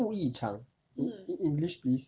不异常 in english please